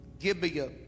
Gibeah